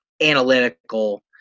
analytical